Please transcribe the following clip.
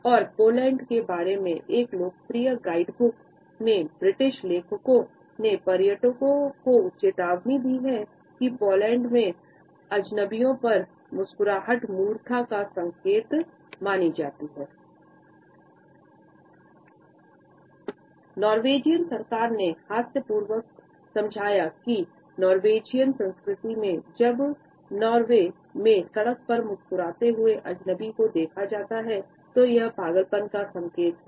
और पोलैंड के बारे में एक लोकप्रिय गाइडबुक के ब्रिटिश लेखकों ने पर्यटकों को चेतावनी दी है कि पोलैंड में अजनबियों पर मुस्कुराहट मूर्खता का संकेत मानी जाती नॉर्वेजियन सरकार ने हास्यपूर्वक समझाया की नॉर्वेजियन संस्कृति में जब नार्वे में सड़क पर मुस्कुराते हुए अजनबी को देखा जाता है तो यह पागलपन का संकेत है